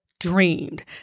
dreamed